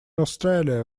australia